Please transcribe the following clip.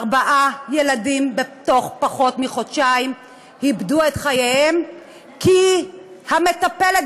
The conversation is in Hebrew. ארבעה ילדים בתוך פחות מחודשיים איבדו את חייהם כי המטפלת